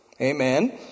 Amen